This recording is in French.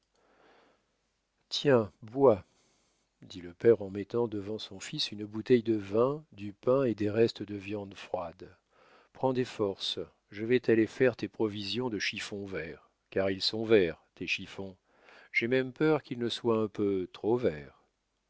tiens bois dit le père en mettant devant son fils une bouteille de vin du pain et des restes de viandes froides prends des forces je vais t'aller faire tes provisions de chiffons verts car ils sont verts tes chiffons j'ai même peur qu'ils ne soient un peu trop verts